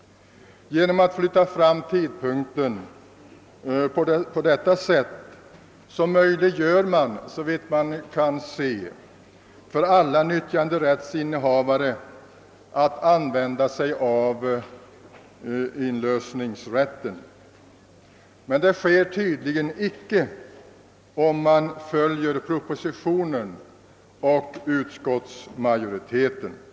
Vid en sådan framflyttning av tidpunkten skul le nämligen alla nyttjanderättshavare, såvitt jag kan se, få möjlighet att begagna sig av inlösningsrätten, d. v. s. inlösa under nyttjanderätt upplåtet område, medan detta inte skulle bli möjligt om riksdagen skulle besluta i enlighet med propositionens och utskottsmajoritetens förslag.